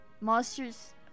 Monsters